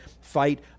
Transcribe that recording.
fight